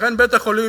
לכן בית-החולים,